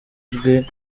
bwe